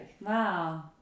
wow